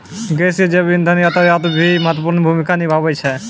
गैसीय जैव इंधन यातायात म भी महत्वपूर्ण भूमिका निभावै छै